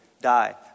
die